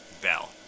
Bell